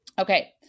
Okay